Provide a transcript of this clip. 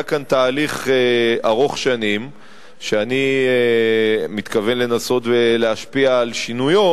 היה כאן תהליך ארוך-שנים שאני מתכוון לנסות ולהשפיע על שינויו,